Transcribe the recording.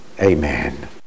Amen